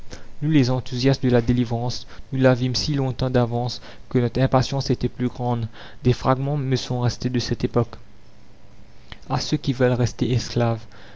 nous les enthousiastes de la délivrance nous la vîmes si longtemps d'avance que notre impatience était plus grande des fragments me sont restés de cette époque puisque le